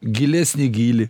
gilesnį gylį